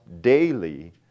daily